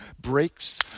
breaks